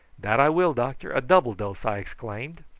that i will, doctor a double dose, i exclaimed.